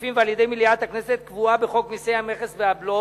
הכספים ועל-ידי מליאת הכנסת קבועה בחוק מסי המכס והבלו